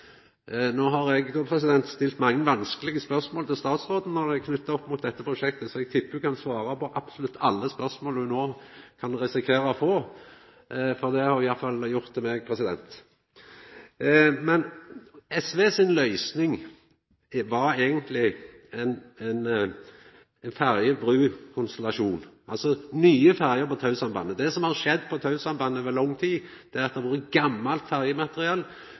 stilt mange vanskelege spørsmål til statsråden knytt opp mot dette prosjektet, så eg tippar ho kan svara på absolutt alle spørsmål ho no kan risikera å få, for det har ho iallfall gjort til meg. SV si løysing var eigentlig ein ferje–bru-konstellasjon – altså nye ferjer på Tau-sambandet. Det som har skjedd på Tau-sambandet over lang tid, er at det har vore gammalt ferjemateriell